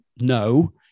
no